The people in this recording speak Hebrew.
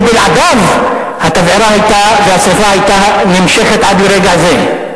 שבלעדיו התבערה היתה נמשכת עד לרגע זה.